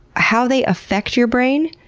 how they affect your brain?